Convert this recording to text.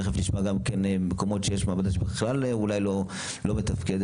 תכף נשמע מקומות שיש מעבדה שבכלל לא מתפקדת.